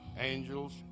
Angels